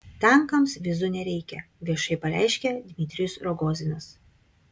tankams vizų nereikia viešai pareiškia dmitrijus rogozinas